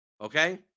Okay